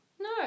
No